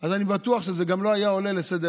אז אני בטוח שזה גם לא היה עולה לסדר-היום,